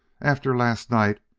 after last night,